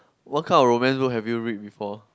what kind of romance book have you read before